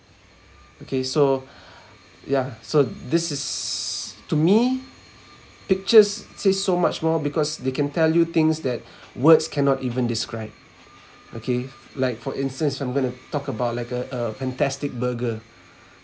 okay so yeah so this is to me pictures says so much more because they can tell you things that words cannot even describe okay like for instance I'm going to talk about like uh a fantastic burger